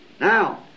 Now